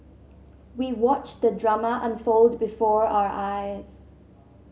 we watched the drama unfold before our eyes